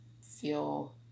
feel